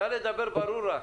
רק לדבר ברור רק.